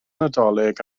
nadolig